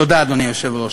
תודה, אדוני היושב-ראש.